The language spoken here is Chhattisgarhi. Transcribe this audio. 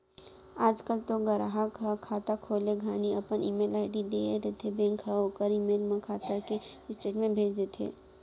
आज काल तो गराहक ह खाता खोले घानी अपन ईमेल आईडी दिए रथें बेंक हर ओकर ईमेल म खाता के स्टेटमेंट भेज देथे